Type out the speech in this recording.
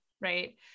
right